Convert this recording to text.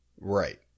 Right